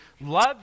love